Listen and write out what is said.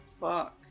fuck